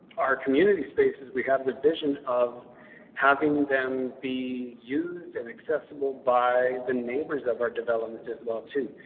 our community spaces. we have the vision of having them be used in iaccessible by. the neighbors of our development as well, too.